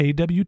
AWT